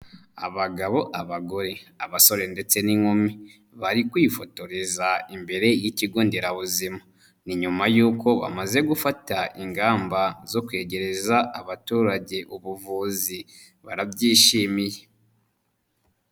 Abagabo, abagore, abasore, ndetse n'inkumi bari kwifotoreza imbere y'ikigo nderabuzima ni nyuma y'uko bamaze gufata ingamba zo kwegereza abaturage ubuvuzi barabyishimiye.